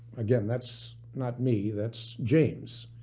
again, that's not me, that's james.